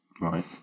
Right